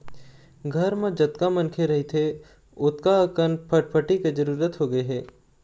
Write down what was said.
घर म जतका मनखे रहिथे ओतका अकन फटफटी के जरूरत होगे हे